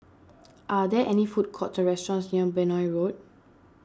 are there any food courts or restaurants near Benoi Road